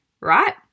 right